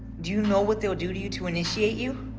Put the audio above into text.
do you know what they'll do to you to initiate you?